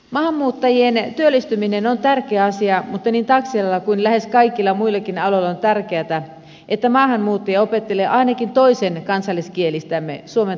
maahanmuuttajien työllistyminen on tärkeä asia mutta niin taksialalla kuin lähes kaikilla muillakin aloilla on tärkeätä että maahanmuuttaja opettelee ainakin toisen kansalliskielistämme suomen tai ruotsin